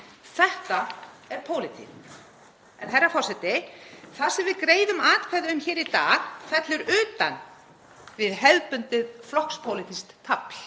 Þetta er pólitík, herra forseti. En það sem við greiðum atkvæði um í dag fellur utan við hefðbundið flokkspólitískt tafl,